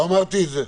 לא אמרתי את זה.